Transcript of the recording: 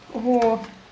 oh